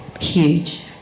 Huge